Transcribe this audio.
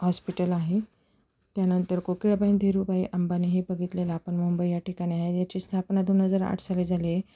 hospital आहे त्यानंतर कोकिळाबेन धीरूबाई अंबानी हे बघितलेलं आपण मुंबई या ठिकाणी आहे याची स्थापना दोन हजार आठ साली झालीय